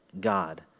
God